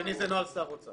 השני זה נוהל שר אוצר.